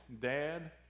Dad